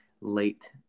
late